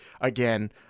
Again